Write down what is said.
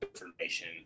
information